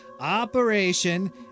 Operation